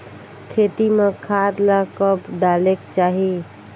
खेती म खाद ला कब डालेक चाही?